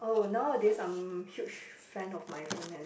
oh nowadays I'm huge fan of mindfulness